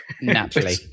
Naturally